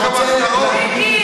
אני מבקש לשמור על זכות השתיקה,